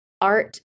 art